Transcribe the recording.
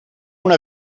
una